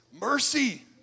mercy